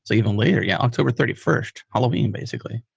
so even later. yeah, october thirty first. halloween, basically.